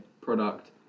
product